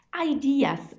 Ideas